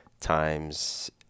times